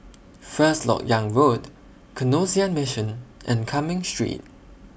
First Lok Yang Road Canossian Mission and Cumming Street